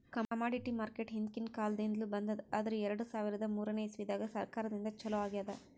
commodity market ಹಿಂದ್ಕಿನ್ ಕಾಲದಿಂದ್ಲು ಬಂದದ್ ಆದ್ರ್ ಎರಡ ಸಾವಿರದ್ ಮೂರನೇ ಇಸ್ವಿದಾಗ್ ಸರ್ಕಾರದಿಂದ ಛಲೋ ಆಗ್ಯಾದ್